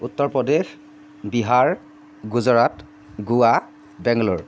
Uttar Pradesh Bihar Gujarat Goa Bangalore